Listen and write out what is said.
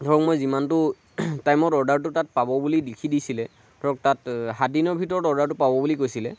ধৰক মই যিমানটো টাইমত অৰ্ডাৰটো তাত পাব বুলি লিখি দিছিলে ধৰক তাত সাতদিনৰ ভিতৰত অৰ্ডাৰটো পাব বুলি কৈছিলে